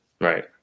right